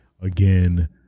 again